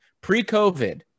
pre-COVID